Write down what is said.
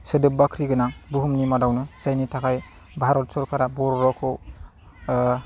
सोदोब बाख्रिगोनां बुहुमनि मादावनो जायनि थाखाय भारत सरखारा बर' रावखौ